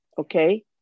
okay